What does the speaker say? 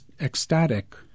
ecstatic